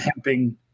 hemping